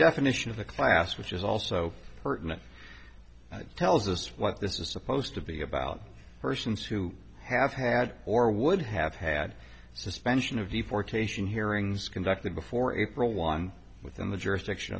definition of the class which is also pertinent tells us what this is supposed to be about persons who have had or would have had suspension of deportation hearings conducted before april one within the jurisdiction